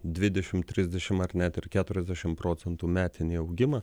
dvidešim trisdešim ar net ir keturiasdešim procentų metinį augimą